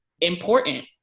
important